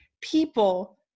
people